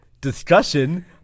discussion